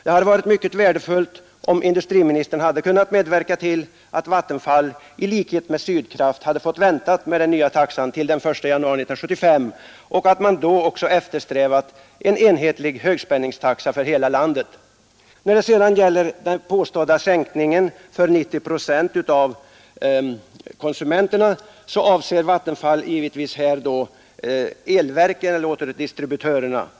Det hade varit mycket värdefullt om industriministern hade kunnat medverka till att Vattenfall i likhet med Sydkraft hade fått vänta med den nya taxan till den 1 januari 1975 och att man då också eftersträvade en enhetlig högspänningstaxa för hela landet. När det gäller den påstådda sänkningen för 90 procent av konsumenterna avser Vattenfall givetvis återdistributörerna.